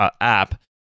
app